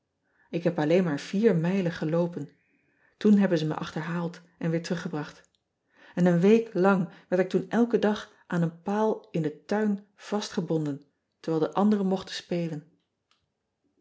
k heb alleen maar vier mijlen geloopen oen hebben ze me achterhaald en weer teruggebracht n een week lang werd ik toen elken dag aan een paal in den tuin vastgebonden terwijl de anderen mochten spelen